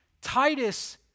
Titus